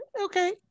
Okay